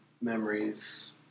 memories